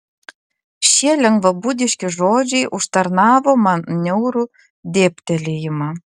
šie lengvabūdiški žodžiai užtarnavo man niaurų dėbtelėjimą